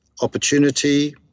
opportunity